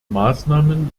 maßnahmen